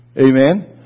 Amen